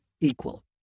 equal